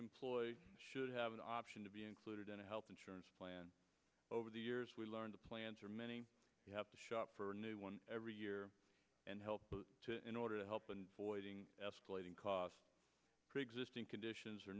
employee should have an option to be included in a health insurance plan over the years we learned plans are many have to shop for a new one every year and help to in order to help and voiding escalating costs preexisting conditions are